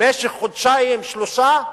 במשך חודשיים, שלושה חודשים,